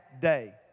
day